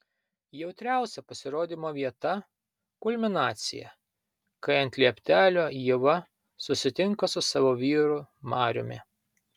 jautriausia pasirodymo vieta kulminacija kai ant lieptelio ieva susitinka su savo vyru mariumi